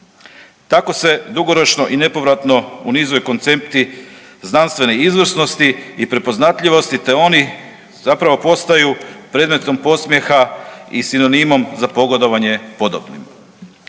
Tako se dugoročno i nepovratno unizuju koncepti znanstvene izvrsnosti i prepoznatljivosti, te oni zapravo postaju predmetom podsmjeha i sinonimom za pogodovanje podobnima.